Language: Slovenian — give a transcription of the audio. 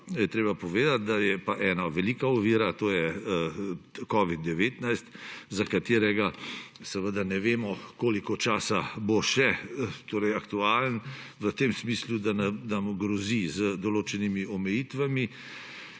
treba povedati, da je pa ena velika ovira, to je covid-19, za katerega seveda ne vemo, koliko časa bo še aktualen v tem smislu, da nam grozi z določenimi omejitvami,